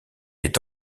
est